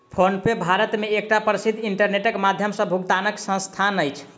PhonePe Bharat मे एकटा प्रसिद्ध इंटरनेटक माध्यम सॅ भुगतानक संस्थान अछि